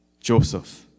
Joseph